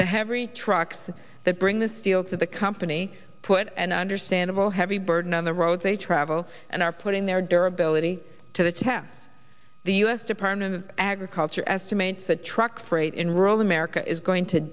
the heavy trucks that bring the steel to the company put an understandable heavy burden on the road they travel and are putting their durability to the test the u s department of agriculture estimates that truck freight in rural america is going to